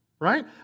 Right